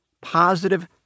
positive